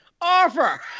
Offer